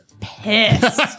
pissed